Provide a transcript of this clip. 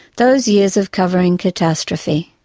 those years of covering catastrophe.